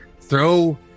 throw